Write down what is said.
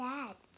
Dad